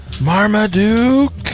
Marmaduke